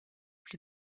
plus